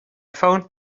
phoned